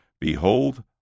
behold